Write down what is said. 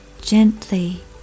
gently